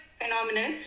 phenomenal